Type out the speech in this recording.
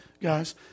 guys